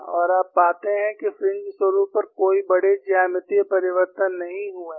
और आप पाते हैं कि फ्रिंज स्वरुप पर कोई बड़े ज्यामितीय परिवर्तन नहीं हुए हैं